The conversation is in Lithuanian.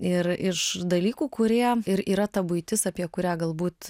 ir iš dalykų kurie ir yra ta buitis apie kurią galbūt